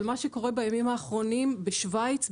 אבל מה שקורה בימים האחרונים בשווייץ,